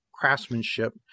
craftsmanship